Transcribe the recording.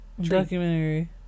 Documentary